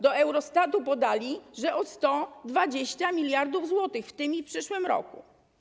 Do Eurostatu podali, że o 120 mld zł w tym i przyszłym roku.